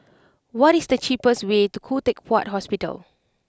what is the cheapest way to Khoo Teck Puat Hospital